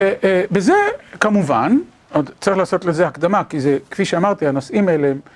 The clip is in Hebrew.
בזה, כמובן, צריך לעשות לזה הקדמה, כי זה, כפי שאמרתי, הנושאים האלה הם...